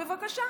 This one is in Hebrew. בבקשה,